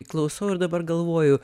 klausau ir dabar galvoju